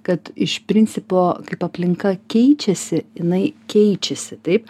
kad iš principo kaip aplinka keičiasi jinai keičiasi taip